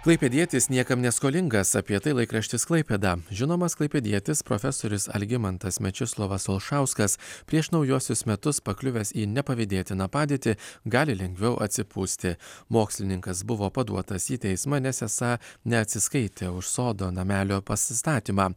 klaipėdietis niekam neskolingas apie tai laikraštis klaipėda žinomas klaipėdietis profesorius algimantas mečislovas olšauskas prieš naujuosius metus pakliuvęs į nepavydėtiną padėtį gali lengviau atsipūsti mokslininkas buvo paduotas į teismą nes esą neatsiskaitė už sodo namelio pasistatymą